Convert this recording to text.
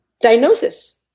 diagnosis